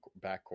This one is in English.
backcourt